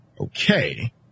okay